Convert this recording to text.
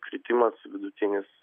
kritimas vidutinis